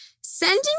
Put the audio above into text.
Sending